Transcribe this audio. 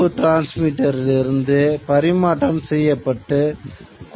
எனவே இரண்டு அமைப்புகளிலும் ஒரு வகையான மையப்படுத்துதலை நீங்கள் பார்க்க முடியும்